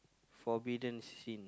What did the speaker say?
forbidden sin